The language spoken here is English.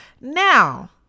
now